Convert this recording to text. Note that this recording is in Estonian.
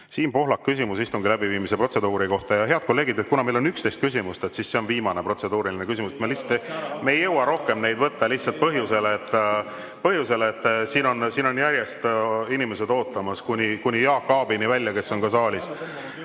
Siim Pohlak, küsimus istungi läbiviimise protseduuri kohta. Head kolleegid, kuna meil on 11 küsimust, siis see on viimane protseduuriline küsimus. (Sumin saalis.) Me ei jõua rohkem neid võtta lihtsalt põhjusel, et siin on järjest inimesed ootamas kuni Jaak Aabini välja, kes on ka saalis.